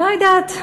לא יודעת.